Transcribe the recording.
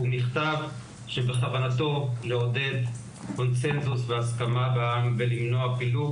הוא מכתב שבכוונתו לעודד קונצנזוס והסכמה ולמנוע פילוג,